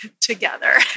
together